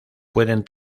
pueden